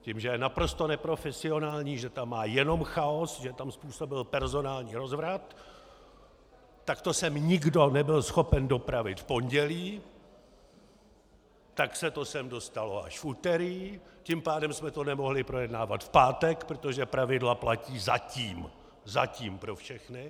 Tím, že je naprosto neprofesionální, že tam má jenom chaos, že tam způsobil personální rozvrat, tak to sem nikdo nebyl schopen dopravit v pondělí, tak se to sem dostalo až v úterý, tím pádem jsme to nemohli projednávat v pátek, protože pravidla platí zatím, zatím pro všechny.